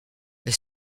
est